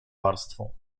warstwą